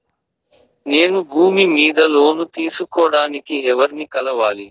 నేను భూమి మీద లోను తీసుకోడానికి ఎవర్ని కలవాలి?